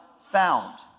Found